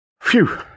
Phew